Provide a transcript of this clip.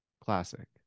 classic